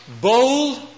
bold